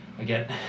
Again